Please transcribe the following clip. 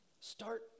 Start